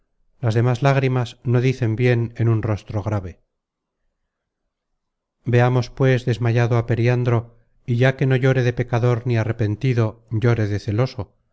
las demas lágrimas no dicen bien en un rostro grave veamos pues desmayado á periandro y ya que no llore de pecador ni arrepentido llore de celoso